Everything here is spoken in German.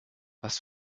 was